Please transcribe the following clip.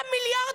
9 מיליארד,